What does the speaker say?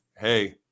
hey